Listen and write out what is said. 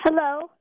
Hello